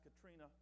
Katrina